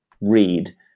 read